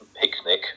picnic